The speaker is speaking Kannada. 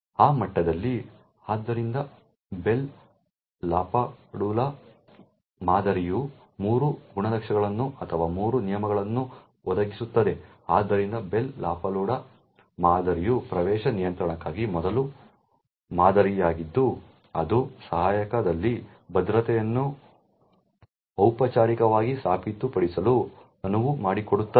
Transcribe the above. ಆ ಮಟ್ಟದಲ್ಲಿ ಆದ್ದರಿಂದ ಬೆಲ್ ಲಾಪಾಡುಲಾ ಮಾದರಿಯು ಮೂರು ಗುಣಲಕ್ಷಣಗಳನ್ನು ಅಥವಾ ಮೂರು ನಿಯಮಗಳನ್ನು ಒದಗಿಸುತ್ತದೆ ಆದ್ದರಿಂದ ಬೆಲ್ ಲಾಪಾಡುಲಾ ಮಾದರಿಯು ಪ್ರವೇಶ ನಿಯಂತ್ರಣಕ್ಕಾಗಿ ಮೊದಲ ಮಾದರಿಯಾಗಿದ್ದು ಅದು ಸಹಾಯಕದಲ್ಲಿ ಭದ್ರತೆಯನ್ನು ಔಪಚಾರಿಕವಾಗಿ ಸಾಬೀತುಪಡಿಸಲು ಅನುವು ಮಾಡಿಕೊಡುತ್ತದೆ